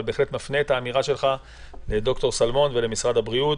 אבל אני בהחלט מפנה את האמירה שלך לד"ר שלמון ולמשרד הבריאות,